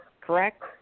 correct